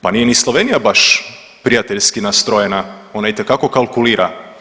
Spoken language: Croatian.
Pa nije ni Slovenija baš prijateljski nastrojena, ona itekako kalkulira.